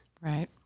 Right